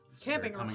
Camping